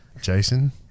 Jason